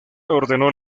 ordenó